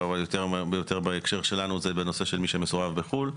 אבל בהקשר שלנו זה יותר בנושא של מי שמסורב בחו"ל,